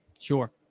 Sure